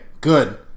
Good